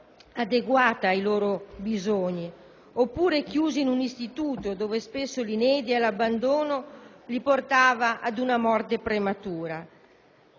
adeguata ai loro bisogni, oppure veniva chiusa in un istituto dove spesso l'inedia e l'abbandono li portava ad una morte prematura.